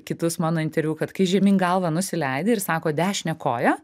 kitus mano interviu kad kai žemyn galva nusileidi ir sako dešinę koją